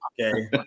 okay